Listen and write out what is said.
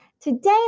Today